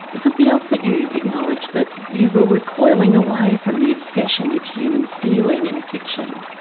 something else that you acknowledge, that you were recoiling away from the obsession with human feeling in fiction.